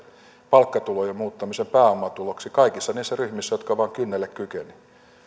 palkkatulojen muuttamisen pääomatuloksi kaikissa niissä ryhmissä jotka vaan kynnelle kykenivät